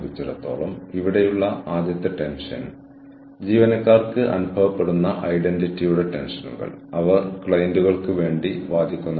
മാത്രമല്ല പ്രാഥമികമായി എച്ച്ആർ പ്രൊഫഷണലിന്റെ ചില നിർവചിക്കുന്ന സവിശേഷതകൾ എച്ച്ആർ ഫംഗ്ഷനുകൾ അത് ചെയ്യാൻ നിങ്ങളെ സഹായിക്കുന്നു